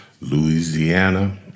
Louisiana